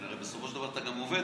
הרי בסופו של דבר אתה גם עובד,